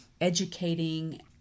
educating